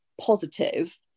positive